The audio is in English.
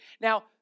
Now